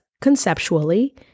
conceptually